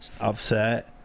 upset